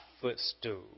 footstool